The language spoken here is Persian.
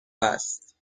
است